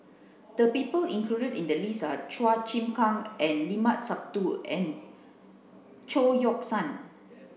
the people included in the list are Chua Chim Kang and Limat Sabtu and Chao Yoke San